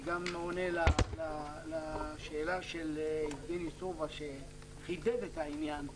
וזה גם עונה לשאלה של יבגני סובה שחידד את העניין,